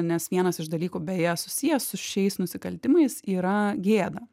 nes vienas iš dalykų beje susijęs su šiais nusikaltimais yra gėda